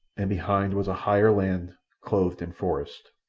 and behind was higher land clothed in forest.